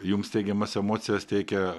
jums teigiamas emocijas teikia